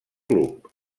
club